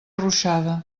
ruixada